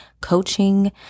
coaching